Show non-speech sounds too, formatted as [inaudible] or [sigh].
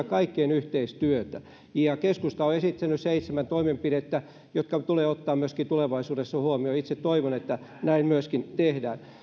[unintelligible] kaikkien yhteistyötä keskusta on esittänyt seitsemän toimenpidettä jotka tulee ottaa myöskin tulevaisuudessa huomioon itse toivon että näin myöskin tehdään